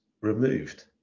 removed